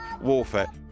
warfare